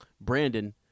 Brandon –